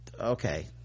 okay